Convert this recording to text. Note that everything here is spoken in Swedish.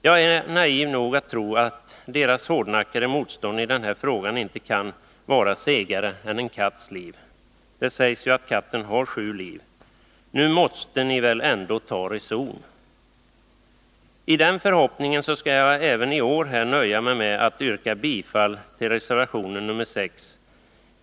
Jag är naiv nog att tro att socialdemokraternas hårdnackade motstånd i denna fråga inte kan vara segare än en katts liv. Det sägs ju att katten har sju liv. Nu måste ni väl ändå ta reson! I den förhoppningen skall jag även i år nöja mig med att yrka bifall till förslaget om att riksdagen gör ett uttalande i denna fråga.